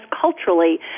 culturally